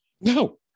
No